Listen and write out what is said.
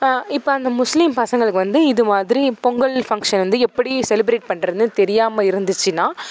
இப்போ அந்த முஸ்லீம் பசங்களுக்கு வந்து இது மாதிரி பொங்கல் ஃபங்க்ஷன் வந்து எப்படி செலிப்ரேட் பண்ணுறதுனு தெரியாமல் இருந்துச்சின்னால்